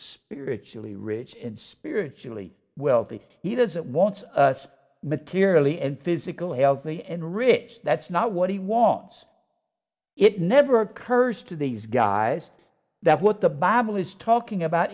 spiritually rich and spiritually wealthy he doesn't want us materially and physically healthy and rich that's not what he wants it never occurs to these guys that what the bible is talking about